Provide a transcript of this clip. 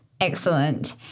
Excellent